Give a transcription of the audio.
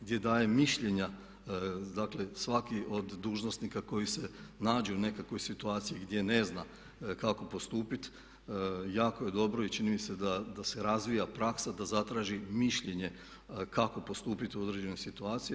Gdje se daju mišljenja dakle svaki od dužnosnika koji se nađu u nekakvoj situaciji gdje ne zna kako postupiti, jako je dobro i čini mi se da se razvija praksa da zatraži mišljenje kako postupiti u određenoj situaciji.